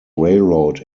railroad